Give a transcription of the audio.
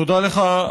לך,